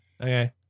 okay